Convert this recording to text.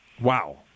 Wow